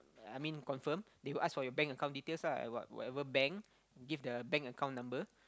I mean confirm they will ask for your bank account details lah like what whatever bank give the bank account number